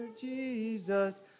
Jesus